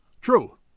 True